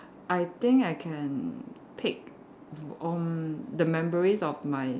I think I can pick um the memories of my